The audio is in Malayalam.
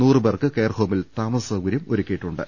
നൂറുപേർക്ക് കെയർഹോമിൽ താമസസൌകര്യം ഒരുക്കിയിട്ടുണ്ട്